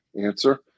answer